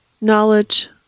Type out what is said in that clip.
knowledge